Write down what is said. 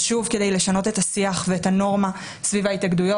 זה חשוב כדי לשנות את השיח ואת הנורמה סביב ההתאגדויות.